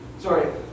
Sorry